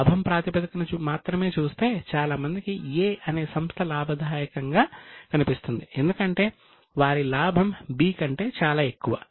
లాభం ప్రాతిపదికన మాత్రమే చూస్తే చాలా మంది కి A అనే సంస్థ లాభదాయకంగా కనిపిస్తుంది ఎందుకంటే వారి లాభం B కంటే చాలా ఎక్కువ